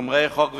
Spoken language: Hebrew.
שומרי חוק וסדר,